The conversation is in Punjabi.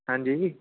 ਹਾਂਜੀ